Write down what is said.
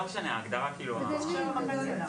נעבור לנושא הבא שהוא חשוב ומשמעותי.